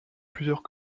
plusieurs